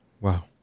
Wow